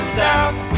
south